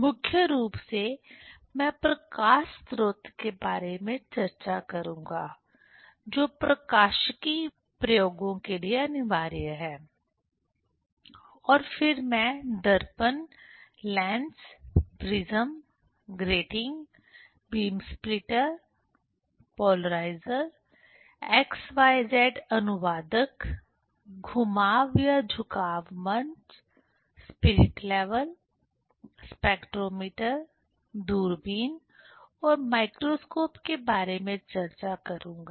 मुख्य रूप से मैं प्रकाश स्रोत के बारे में चर्चा करूँगा जो प्रकाशिकी प्रयोगों के लिए अनिवार्य है और फिर मैं दर्पण lens prism grating beam splitter polariser x y z अनुवादक घुमाव या झुकाव मंच स्पिरिट लेवल स्पेक्ट्रोमीटर दूरबीन और माइक्रोस्कोप के बारे में चर्चा करूंगा